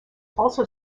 also